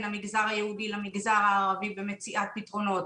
המגזר היהודי למגזר הערבי במציאת פתרונות,